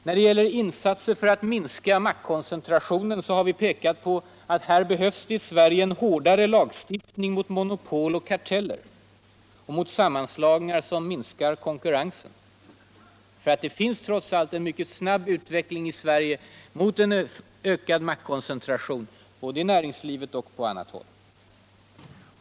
När det giller insatser för att minska maktkoncentrationen har vi pekat på att det i Sverige behövs en hårdare lagstiftning mot monopol och karteller och sammanslagningar som minskar konkurrensen. Det finns trots allt en mycket snabb utveckling i Sverige mot en ökad makikoncentration både i näringslivet och på annat håll.